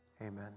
Amen